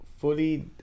fully